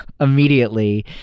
immediately